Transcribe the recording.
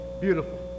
beautiful